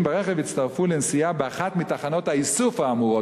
ברכב יצטרפו לנסיעה באחת מתחנות האיסוף האמורות.